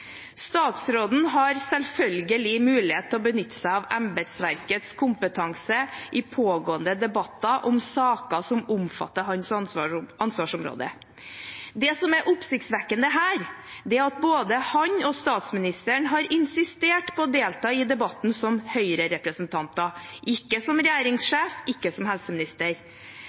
Statsråden har selvfølgelig mulighet til å benytte seg av embetsverkets kompetanse i pågående debatter om saker som omfatter hans ansvarsområde. Det som er oppsiktsvekkende her, er at både han og statsministeren har insistert på å delta i debatten som Høyre-representanter, ikke som regjeringssjef, ikke som helseminister.